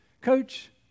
Coach